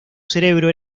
cerebro